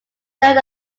third